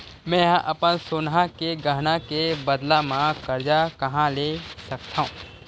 मेंहा अपन सोनहा के गहना के बदला मा कर्जा कहाँ ले सकथव?